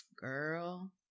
Girl